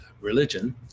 religion